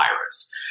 virus